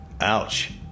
Ouch